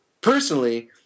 personally